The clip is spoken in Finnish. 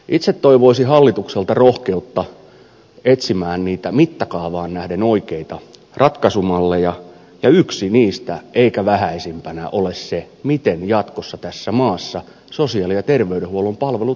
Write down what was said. itse toivoisin hallitukselta rohkeutta etsiä niitä mittakaavaan nähden oikeita ratkaisumalleja ja yksi niistä eikä vähäisimpänä on se miten jatkossa tässä maassa sosiaali ja terveydenhuollon palvelut rahoitetaan